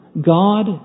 God